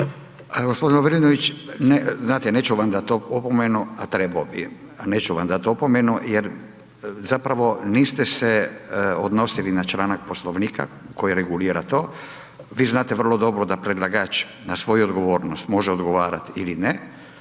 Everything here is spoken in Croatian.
G. Lovrinović, znate, neću vam dati opomenu, a trebao. Neću vam dati opomenu jer zapravo niste se odnosili na članak Poslovnika koji regulira to. Vi znate vrlo dobro da predlagač na svoju odgovornost može odgovarati ili ne,